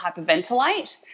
hyperventilate